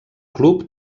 club